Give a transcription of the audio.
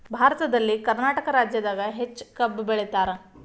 ಭಾರತದಲ್ಲಿ ಕರ್ನಾಟಕ ರಾಜ್ಯದಾಗ ಹೆಚ್ಚ ಕಬ್ಬ್ ಬೆಳಿತಾರ